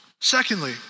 Secondly